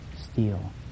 steal